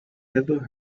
ever